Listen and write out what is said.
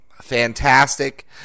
fantastic